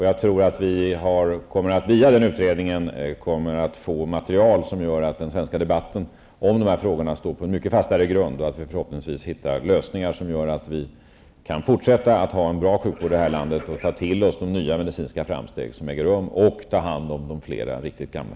Jag tror att vi via den utredningen kommer att få material som gör att den svenska debatten om de här frågorna kommer att stå på en mycket fastare grund. Förhoppningsvis hittar vi lösningar som gör att vi kan fortsätta att ha en bra sjukvård i landet, ta till oss de nya medicinska framsteg som görs och ta hand om fler av de riktigt gamla.